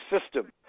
system